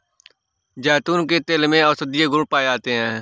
जैतून के तेल में औषधीय गुण पाए जाते हैं